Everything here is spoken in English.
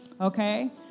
okay